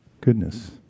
goodness